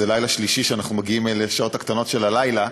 לילה שלישי שאנחנו מגיעים לשעות הקטנות של הלילה.